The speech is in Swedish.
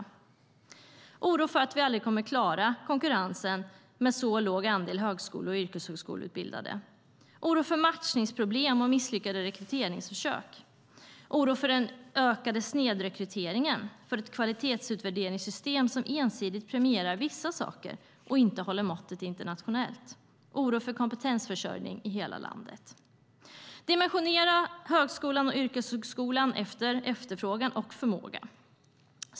Det finns en oro för att vi aldrig kommer att klara konkurrensen med så låg andel högskole och yrkeshögskoleutbildande, oro för matchningsproblem och misslyckade rekryteringsförsök, oro för den ökade snedrekryteringen, oro för ett kvalitetsutvärderingssystem som ensidigt premierar vissa saker och inte håller måttet internationellt och oro för kompetensförsörjning i hela landet. Dimensionera högskolan och yrkeshögskolan efter efterfrågan och förmåga.